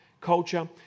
culture